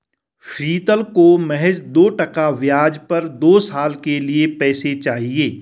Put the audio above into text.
शीतल को महज दो टका ब्याज पर दो साल के लिए पैसे चाहिए